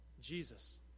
Jesus